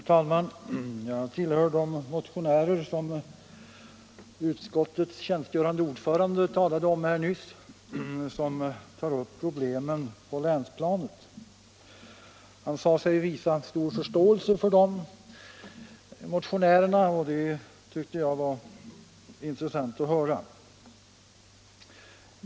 Fru talman! Jag tillhör de motionärer som utskottets tjänstgörande ordförande talade om nyss — de som tar upp problem på länsplanet. Han sade sig hysa stor förståelse för de motionärerna, och det tyckte jag var intressant att höra.